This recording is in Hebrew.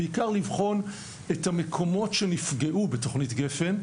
בעיקר לבחון את המקומות שנפגעו בתוכנית גפ"ן.